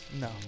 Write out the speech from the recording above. No